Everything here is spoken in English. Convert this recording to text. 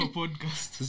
podcast